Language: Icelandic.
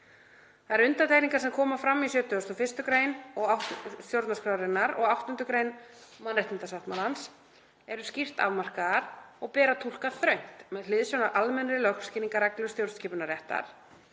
Þær undantekningar sem koma fram í 71. gr. stjórnarskrárinnar og 8. gr. mannréttindasáttmálans eru skýrt afmarkaðar og ber að túlka þröngt með hliðsjón af almennri lögskýringarreglu stjórnskipunarréttar